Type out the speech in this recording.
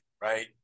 right